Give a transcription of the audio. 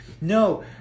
No